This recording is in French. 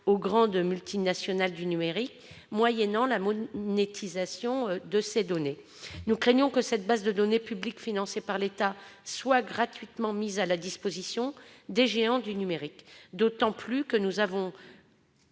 aux grandes multinationales du numérique, moyennant la monétisation de ces données. Nous craignons que cette base de données publique, financée par l'État, soit gratuitement mise à la disposition des géants du numérique, d'autant que nous avons